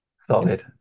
Solid